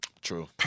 True